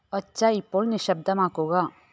ഒച്ച ഇപ്പോൾ നിശബ്ദമാക്കുക